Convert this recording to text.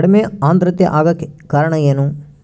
ಕಡಿಮೆ ಆಂದ್ರತೆ ಆಗಕ ಕಾರಣ ಏನು?